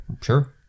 Sure